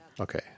Okay